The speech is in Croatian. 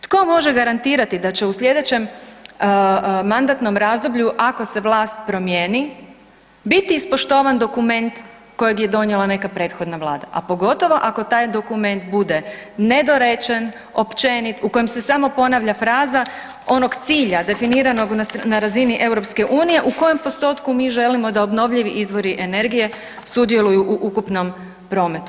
Tko može garantirati da će u slijedećem mandatnom razdoblju ako se vlast promijeni biti ispoštovan dokument kojeg je donijela neka prethodna vlada, a pogotovo ako taj dokument bude nedorečen, općenit, u kojem se samo ponavlja fraza onog cilja definiranog na razini EU u kojem postotku mi želimo da obnovljivi izvori energije sudjeluju u ukupnom prometu.